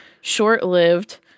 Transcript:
short-lived